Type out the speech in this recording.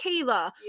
Kayla